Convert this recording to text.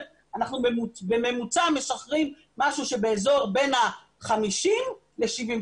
אנחנו בממוצע משחררים משהו שבאזור בין 50 ל-78,